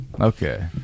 Okay